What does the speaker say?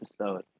episode